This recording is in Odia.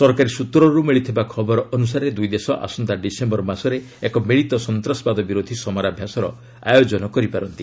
ସରକାରୀ ସୂତ୍ରରୁ ମିଳିଥିବା ଖବର ଅନୁସାରେ ଦୁଇଦେଶ ଆସନ୍ତା ଡିସେମ୍ବର ମାସରେ ଏକ ମିଳିତ ସନ୍ତାସବାଦ ବିରୋଧୀ ସମରାଭ୍ୟାସର ଆୟୋଜନ କରିପାରନ୍ତି